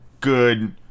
good